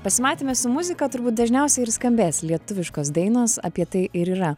pasimatyme su muzika turbūt dažniausiai ir skambės lietuviškos dainos apie tai ir yra